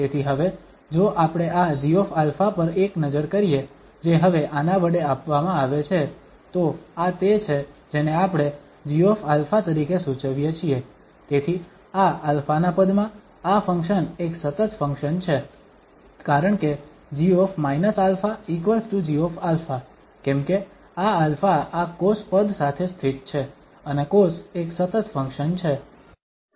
તેથી હવે જો આપણે આ gα પર એક નજર કરીએ જે હવે આના વડે આપવામાં આવે છે તો આ તે છે જેને આપણે gα તરીકે સૂચવીએ છીએ તેથી આ α ના પદમાં આ ફંક્શન એક સતત ફંક્શન છે કારણકે g−αgα કેમકે આ α આ કોસ પદ સાથે સ્થિત છે અને કોસ એક સતત ફંક્શન છે